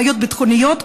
בעיות ביטחוניות,